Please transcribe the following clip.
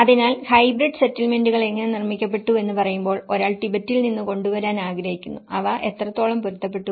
അതിനാൽ ഹൈബ്രിഡ് സെറ്റിൽമെന്റുകൾ എങ്ങനെ നിർമ്മിക്കപ്പെടുന്നുവെന്ന് പറയുമ്പോൾ ഒരാൾ ടിബറ്റിൽ നിന്ന് കൊണ്ടുവരാൻ ആഗ്രഹിക്കുന്നു അവ എത്രത്തോളം പൊരുത്തപ്പെട്ടു